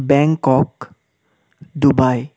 Bangkok Dubai